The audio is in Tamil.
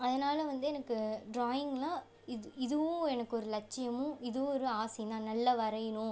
அதனால் வந்து எனக்கு ட்ராயிங்லாம் இது இதுவும் எனக்கு ஒரு லட்சியமும் இதுவும் ஒரு ஆசையுந்தான் நல்லா வரையிணும்